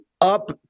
up